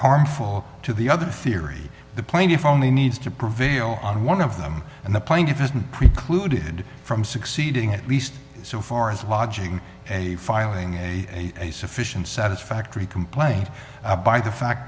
harmful to the other theory the plaintiff only needs to prevail on one of them and the plaintiff has been precluded from succeeding at least so far as lodging a filing a sufficient satisfactory complaint a by the fact